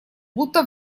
будто